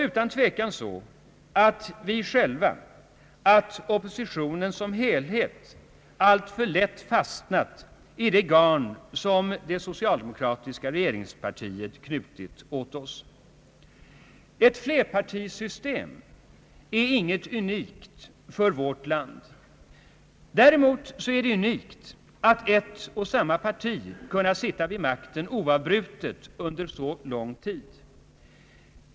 Utan tvekan har oppositionen som helhet också alltför lätt fastnat i de garn som det socialdemokratiska regeringspartiet knutit. Ett flerpartisystem är inget unikt för vårt land. Däremot är det unikt att ett och samma parti kunnat sitta vid makten oavbrutet under så lång tid.